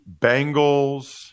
Bengals